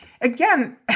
again